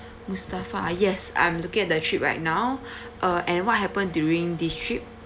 mustafa yes I'm looking at that trip right now uh and what happened during this trip